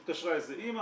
התקשרה איזו אימא,